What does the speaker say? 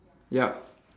yup